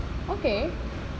okay